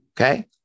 okay